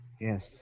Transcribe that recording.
Yes